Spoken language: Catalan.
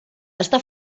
està